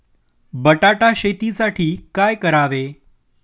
बटाटा शेतीसाठी काय करावे?